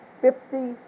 Fifty